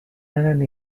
eren